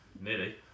Nearly